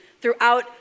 throughout